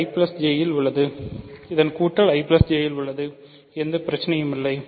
இது I J இல் உள்ளது எந்த பிரச்சனையும் இல்லை